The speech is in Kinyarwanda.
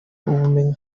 ubumenyi